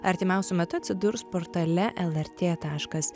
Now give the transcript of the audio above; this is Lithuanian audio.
artimiausiu metu atsidurs portale lrt taškas